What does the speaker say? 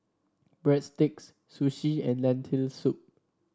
Breadsticks Sushi and Lentil Soup